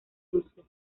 dulces